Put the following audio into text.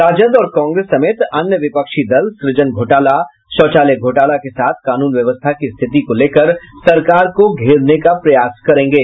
राजद और कांग्रेस समेत अन्य विपक्षी दल सृजन घोटाला शौचालय घोटाला के साथ कानून व्यवस्था की स्थिति को लेकर सरकार को घेरने का प्रयास करेंगे